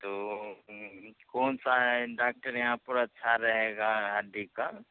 तो कौन सा है डाक्टर यहाँ पर अच्छा रहेगा हड्डी का